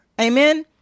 amen